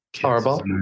horrible